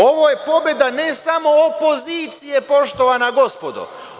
Ovo je pobeda ne samo opozicije, poštovana gospodo.